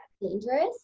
dangerous